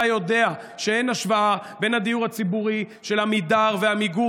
אתה יודע שאין השוואה בין הדיור הציבורי של עמידר ועמיגור